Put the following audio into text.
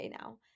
now